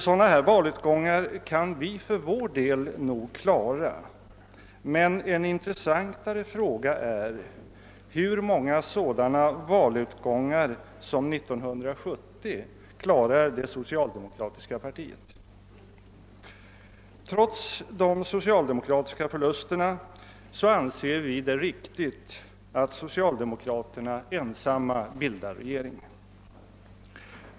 Sådana här valutgångar kan vi för vår del klara, men en intressantare fråga är hur många sådana valutgångar som 1970 års klarar det socialdemokratiska partiet. Trots de socialdemokratiska förlusterna anser vi det riktigt att socialdemokraterna ensamma bildar regering.